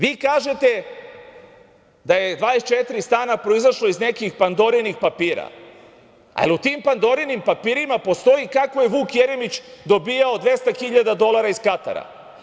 Vi kažete da je 24 stana proizašlo iz nekih pandorinih papira, a da li u tim pandorinim papirima postoji kako je Vuk Jeremić dobijao 200.000 dolara iz Katara?